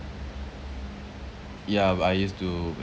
ya but I used to